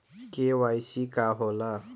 KYC का होला?